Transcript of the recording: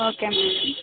okay madam